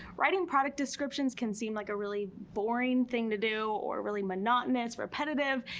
writing product descriptions can seem like a really boring thing to do or really monotonous, repetitive.